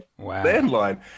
landline